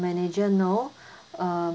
manager know um